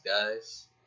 guys